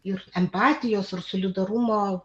ir empatijos ir solidarumo